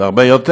זה הרבה יותר.